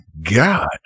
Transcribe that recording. God